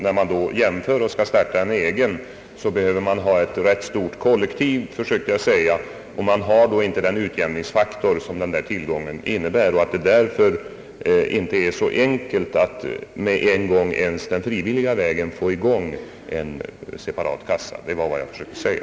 När man nu skall starta en arbetslöshetskassa, behöver man ett rätt stort kollektiv, och man har nu inte den utjämningsfaktor som tillgången till en fond innebär. Det är därför inte så enkelt att med en gång ens på den frivilliga vägen få fram separata kassor. Det var vad jag försökte säga.